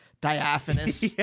diaphanous